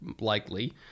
likely